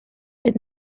but